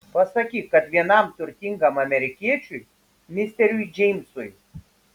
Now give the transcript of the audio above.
pasakyk kad vienam turtingam amerikiečiui misteriui džeimsui